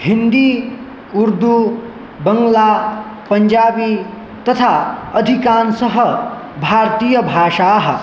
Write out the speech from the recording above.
हिन्दी उर्दु बङ्ग्ला पञ्जाबि तथा अधिकान् सः भारतीयभाषाः